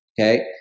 okay